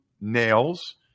nails